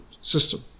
system